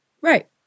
Right